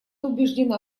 убеждена